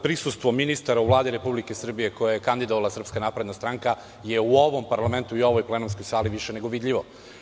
Prisustvo ministara u Vladi Republike Srbije, koje je kandidovala Srpska napredna stranka je u ovom parlamentu i ovoj plenumskoj sali, više nego vidljivo.